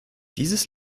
dieses